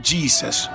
Jesus